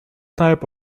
type